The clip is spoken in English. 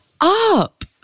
up